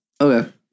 Okay